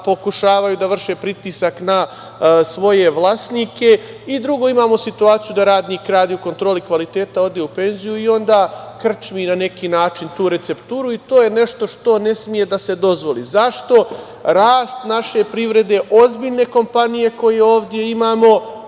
da vrše pritisak na svoje vlasnike i drugo, imamo situaciju da radnik radi u kontroli kvaliteta, ode u penziju i onda krčmi na neki način tu recepturu i to je nešto što ne sme da se dozvoli.Zašto rast naše privrede, ozbiljne kompanije koju ovde imamo